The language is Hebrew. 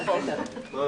רוצה